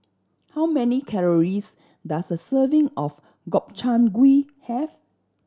how many calories does a serving of Gobchang Gui have